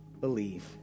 believe